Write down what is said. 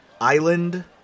island